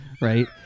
right